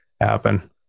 happen